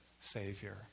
Savior